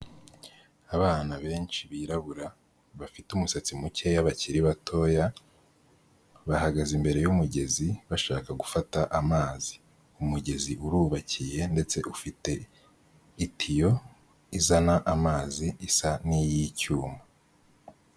Abana benshi birabura, bafite umusatsi mukeya bakiri batoya, bahagaze imbere y'umugezi, bashaka gufata amazi. Umugezi urubakiye, ndetse ufite itiyo izana amazi, isa n'iy'icyuma.